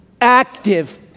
active